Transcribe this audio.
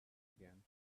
again